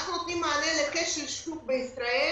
אנחנו נותנים מענה לכשל שוק בישראל